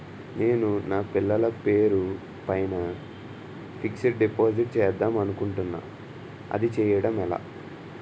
నేను నా పిల్లల పేరు పైన ఫిక్సడ్ డిపాజిట్ చేద్దాం అనుకుంటున్నా అది చేయడం ఎలా?